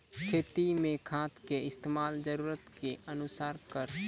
खेती मे खाद के इस्तेमाल जरूरत के अनुसार करऽ